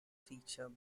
feature